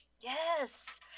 Yes